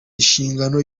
inshingano